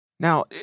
Now